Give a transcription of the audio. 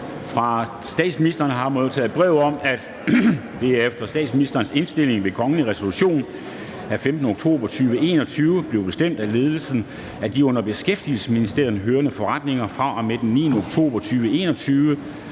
Fra statsministeren har jeg modtaget brev om, at det efter statsministerens indstilling ved kongelig resolution af 5. oktober 2021 blev bestemt, at ledelsen af de under Beskæftigelsesministeriet hørende forretninger fra og med den 9. oktober 2021